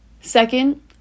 Second